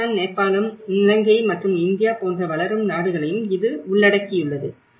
பாகிஸ்தான் நேபாளம் இலங்கை மற்றும் இந்தியா போன்ற வளரும் நாடுகளையும் இது உள்ளடகியுள்ளது